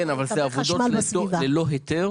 כן אבל אלו עבודות ללא היתר